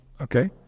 okay